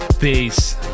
Peace